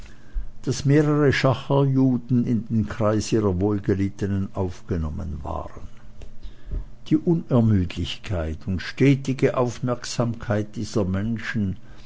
daß mehrere schacherjuden in den kreis ihrer wohlgelittenen aufgenommen waren die unermüdlichkeit und stetige aufmerksamkeit dieser menschen